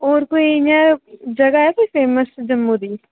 होर कोई इयां जगह् ऐ कोई फेमस जम्मू दी